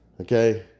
Okay